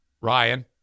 Ryan